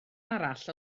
arall